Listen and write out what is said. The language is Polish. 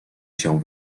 się